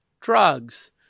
drugs